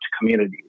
communities